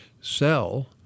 sell